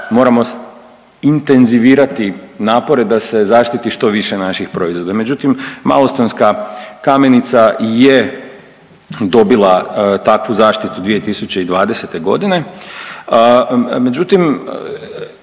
moramo intenzivirati napore da se zaštiti što više naših proizvoda. Međutim, malostonska kamenica je dobila takvu zaštitu 2020. godine, međutim